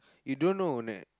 you don't know அண்ணன்:annan